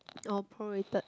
oh prorated